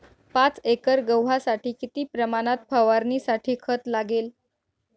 पाच एकर गव्हासाठी किती प्रमाणात फवारणीसाठी खत लागेल?